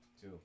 Two